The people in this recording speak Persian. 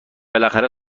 بالاخره